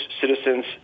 citizens